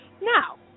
Now